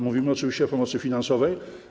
Mówimy oczywiście o pomocy finansowej.